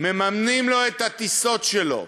מממנים לו את הטיסות שלו,